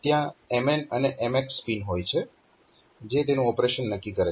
ત્યાં MN અને MX pin હોય છે જે તેનું ઓપરેશન નક્કી કરે છે